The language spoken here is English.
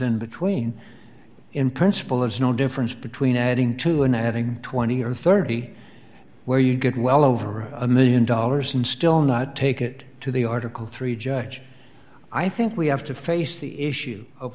in between in principle is no difference between adding two and adding twenty or thirty where you get well over a one million dollars and still not take it to the article three judge i think we have to face the issue of